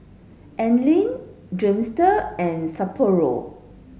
Anlene Dreamster and Sapporo